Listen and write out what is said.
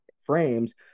frames